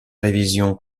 révision